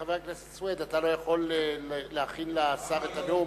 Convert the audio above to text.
חבר הכנסת סוייד, אתה לא יכול להכין לשר את הנאום.